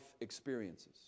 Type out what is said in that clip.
experiences